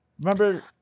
Remember